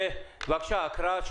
בבקשה, הקראה,